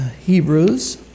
Hebrews